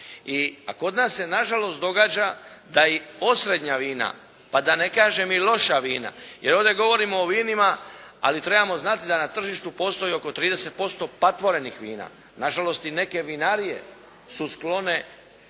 a kod nas se na žalost događa da i osrednja vina, pa da ne kažem i loša vina, jer ovdje govorimo o vinima ali trebamo znati da na tržištu postoji oko 30% patvorenih vina. Na žalost i neke vinarije su sklone